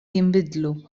jinbidlu